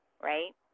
right